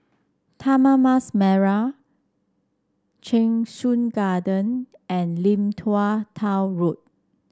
Taman Mas Merah Cheng Soon Garden and Lim Tua Tow Road